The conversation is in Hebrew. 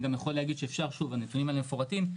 הנתונים האלה מפורטים,